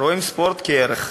רואים בספורט ערך,